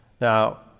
Now